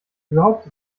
überhaupt